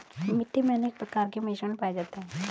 मिट्टी मे अनेक प्रकार के मिश्रण पाये जाते है